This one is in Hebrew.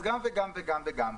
אז גם וגם וגם וגם,